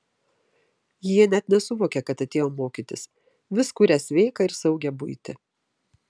jie net nesuvokia kad atėjo mokytis vis kuria sveiką ir saugią buitį